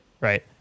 Right